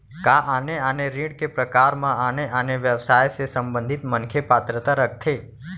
का आने आने ऋण के प्रकार म आने आने व्यवसाय से संबंधित मनखे पात्रता रखथे?